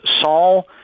Saul